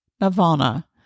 nirvana